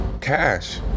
cash